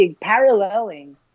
paralleling